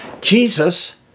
Jesus